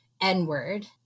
N-word